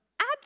add